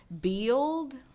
build